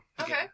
Okay